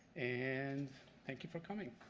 and thank you for coming.